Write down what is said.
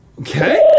Okay